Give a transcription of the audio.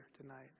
tonight